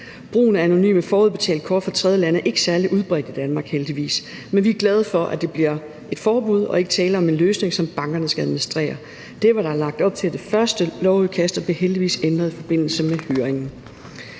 Brugen af anonyme forudbetalte kort fra tredjelande er ikke særlig udbredt i Danmark, heldigvis. Men vi er glade for, at det bliver et forbud, og at der ikke er tale om en løsning, som bankerne skal administrere. Det var der lagt op til i det første lovudkast, og det blev heldigvis ændret i forbindelse med høringen.